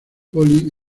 polly